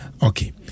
Okay